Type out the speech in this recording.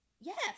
Yes